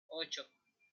ocho